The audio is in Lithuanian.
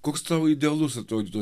koks tau idealus atrodytų